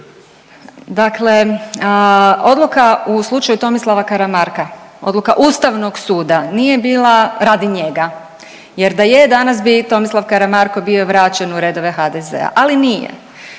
Dakle, odluka u slučaju Tomislava Karamarka, odluka Ustavnog suda nije bila radi njega, jer da je danas bi Tomislav Karamarko bio vraćen u redove HDZ-a, ali nije.